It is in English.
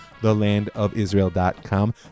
thelandofisrael.com